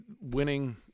winning